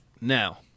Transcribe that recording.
now